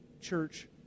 church